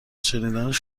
شنیدنش